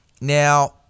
Now